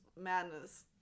madness